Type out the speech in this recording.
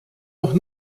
noch